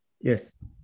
Yes